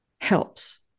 helps